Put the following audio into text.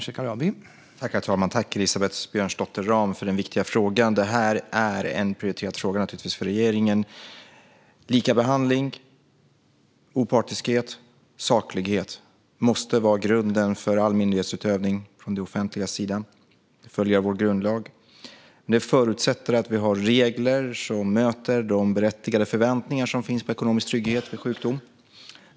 Herr talman! Tack, Elisabeth Björnsdotter Rahm, för den viktiga frågan! Det är naturligtvis en prioriterad fråga för regeringen. Likabehandling, opartiskhet, saklighet och att följa vår grundlag måste vara grunden för all myndighetsutövning från det offentligas sida. Det förutsätter att vi har regler som möter de berättigade förväntningar som finns på ekonomisk trygghet vid sjukdom.